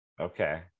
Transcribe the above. Okay